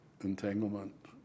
entanglement